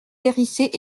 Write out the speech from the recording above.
hérissées